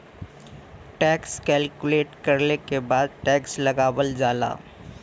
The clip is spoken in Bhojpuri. टैक्स कैलकुलेट करले के बाद टैक्स लगावल जाला